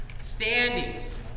standings